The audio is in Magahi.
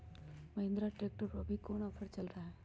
महिंद्रा ट्रैक्टर पर अभी कोन ऑफर चल रहा है?